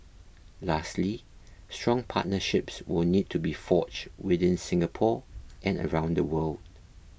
lastly strong partnerships will need to be forged within Singapore and around the world